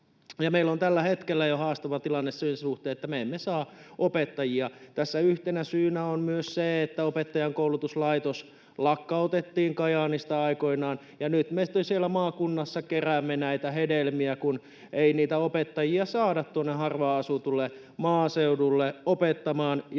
meillä on tällä hetkellä jo haastava tilanne sen suhteen, että me emme saa opettajia. Tässä yhtenä syynä on myös se, että opettajankoulutuslaitos lakkautettiin Kajaanista aikoinaan, ja nyt me sitten siellä maakunnassa keräämme näitä hedelmiä, kun opettajia ei saada harvaanasutulle maaseudulle opettamaan